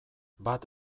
bat